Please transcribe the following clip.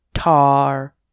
tar